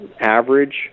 average